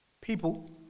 people